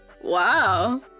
Wow